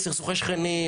סכסוכי שכנים,